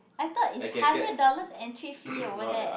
I thought is hundred dollars entry fee over there